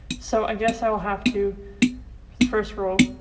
so i guess i'll have to the first row,